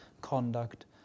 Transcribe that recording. conduct